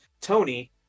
Tony